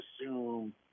assume